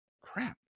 Crap